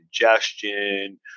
congestion